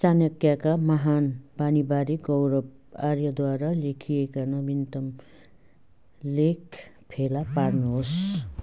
चाणक्यका महान् वाणीबारे गौरव आर्यद्वारा लेखिएका नवीनतम लेख फेला पार्नुहोस्